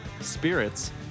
spirits